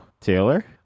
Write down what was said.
Taylor